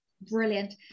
brilliant